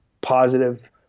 positive